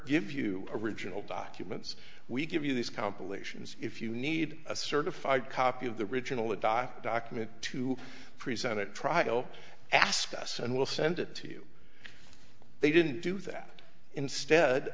give you original documents we give you these compilations if you need a certified copy of the original the da document to present at trial ask us and we'll send it to you they didn't do that instead